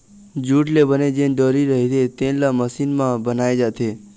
jute ले बने जेन डोरी रहिथे तेन ल मसीन म बनाए जाथे